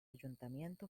ayuntamiento